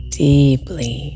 deeply